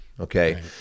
Okay